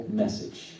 message